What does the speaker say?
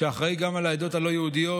שאחראי גם לעדות הלא-יהודיות